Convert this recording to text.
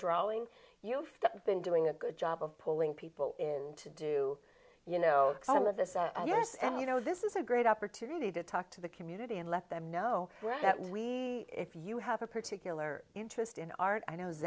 drawing you have been doing a good job of pulling people in to do you know all of this yes and you know this is a great opportunity to talk to the community and let them know that we if you have a particular interest in art i knows